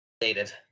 dated